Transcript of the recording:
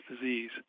disease